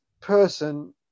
person